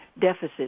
deficit